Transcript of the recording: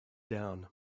down